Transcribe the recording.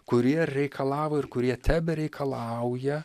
kurie reikalavo ir kurie tebereikalauja